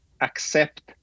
accept